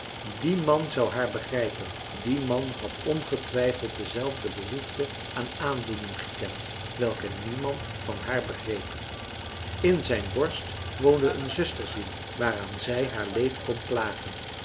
die man zou haar begrijpen die man had ongetwijfeld dezelfde behoefte aan aandoening gekend welke niemand van haar begreep in zijn borst woonde een zusterziel waaraan zij haar leed kon klagen